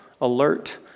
alert